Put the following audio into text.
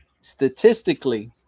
statistically